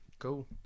cool